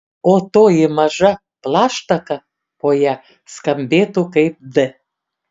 o toji maža plaštaka po ja skambėtų kaip d